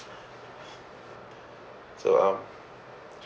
so um